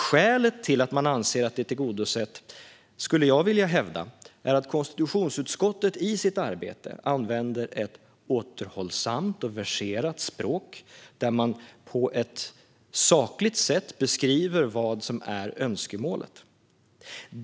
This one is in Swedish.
Skälet till att man anser att det är tillgodosett skulle jag vilja hävda är att konstitutionsutskottet i sitt arbete använder ett återhållsamt och verserat språk där man på ett sakligt sätt beskriver vad som är önskemålet.